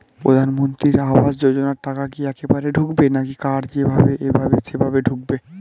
প্রধানমন্ত্রী আবাস যোজনার টাকা কি একবারে ঢুকবে নাকি কার যেভাবে এভাবে সেভাবে ঢুকবে?